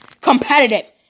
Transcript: Competitive